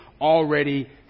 already